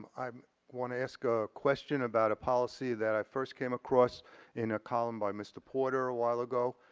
i um wanna ask a question about a policy that i first came across in a column by mr. porter a while ago,